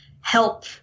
help